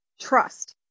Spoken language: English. trust